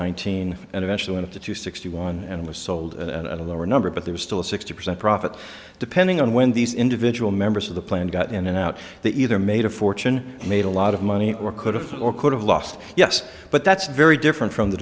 nineteen and eventually went to to sixty one and was sold at a lower number but there's still a sixty percent profit depending on when these individual members of the plan got in and out they either made a fortune and made a lot of money or could have or could have lost yes but that's very different from the